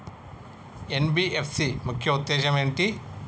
NBFC ముఖ్య ఉద్దేశం ఏంటి?